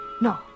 No